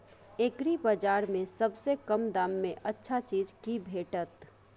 एग्रीबाजार में सबसे कम दाम में अच्छा चीज की भेटत?